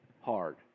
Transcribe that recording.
hard